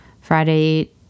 Friday